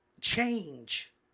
change